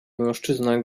mężczyzna